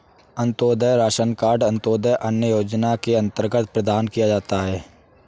Antyodaya ration card अंत्योदय अन्न योजना के अंतर्गत प्रदान किया जाता है